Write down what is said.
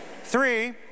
Three